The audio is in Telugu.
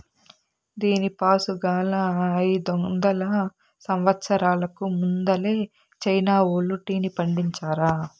దీనిపాసుగాలా, అయిదొందల సంవత్సరాలకు ముందలే చైనా వోల్లు టీని పండించారా